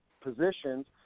positions